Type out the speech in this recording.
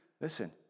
listen